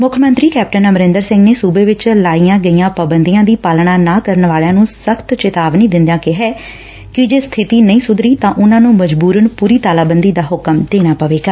ਮੁੱਖ ਮੰਤਰੀ ਕੈਪਟਨ ਅਮਰਿੰਦਰ ਸਿੰਘ ਨੇ ਸੁਬੇ ਵਿਚ ਲਾਈਆਂ ਗਈਆਂ ਪਾਬੰਦੀਆਂ ਦੀ ਪਾਲਣਾ ਨਾ ਕਰਨ ਵਾਲਿਆਂ ਨੂੰ ਸਖ਼ਤ ਚੇਤਾਵਨੀ ਦਿੰਦਿਆਂ ਕਿਹਾ ਕਿ ਜੇ ਸਖਿਤੀ ਨਹੀਂ ਸੁਧਰੀ ਤਾਂ ਉਨੂਾਂ ਨੂੰ ਮਜ਼ਬੂਰਨ ਪੂਰੀ ਤਾਲਾਬੰਦੀ ਦਾ ਹੁਕਮ ਦੇਣਾ ਪਵੇਗਾ